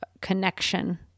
connection